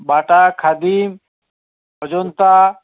Bata Khadim Ajanta